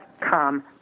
come